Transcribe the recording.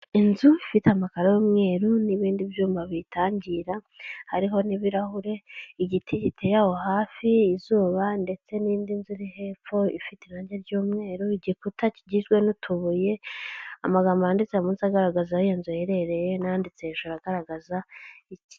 Inzu ifite amakaro y'umweru n'ibindi byuma biyitangira hariho n'ibirahure, igiti giteye aho hafi, izuba ndetse n'indi nzu iri hepfo ifite irangi ry'umweru, igikuta kigizwe n'utubuye, amagambo yanditse munsi agaragaza aho iyo nzu iherereye nanditse hejuru agaragaza iki...